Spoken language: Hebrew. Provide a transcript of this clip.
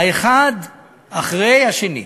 האחד אחרי השני.